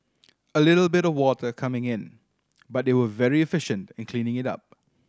a little bit of water coming in but they were very efficient in cleaning it up